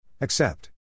Accept